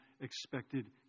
expected